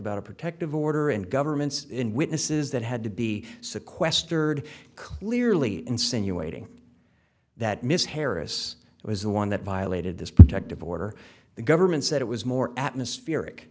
about a protective order and governments in witnesses that had to be sequestered clearly insinuating that ms harris was the one that violated this protective order the government said it was more atmospher